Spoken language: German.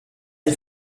ein